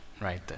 right